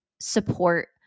support